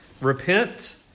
repent